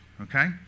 okay